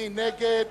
מי נגד?